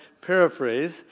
paraphrase